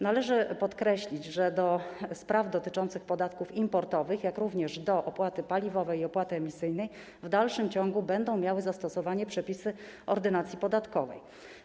Należy podkreślić, że do spraw dotyczących podatków importowych, jak również do opłaty paliwowej i opłaty emisyjnej w dalszym ciągu będą miały zastosowanie przepisy Ordynacji podatkowej.